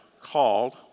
called